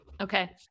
Okay